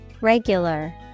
regular